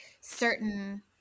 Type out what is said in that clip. certain